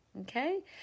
okay